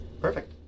perfect